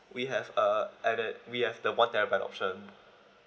we have uh added we have the one terabyte option